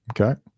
Okay